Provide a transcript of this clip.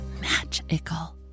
magical